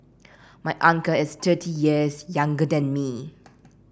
my uncle is thirty years younger than me